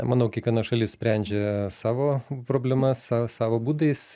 manau kiekviena šalis sprendžia savo problemas sa savo būdais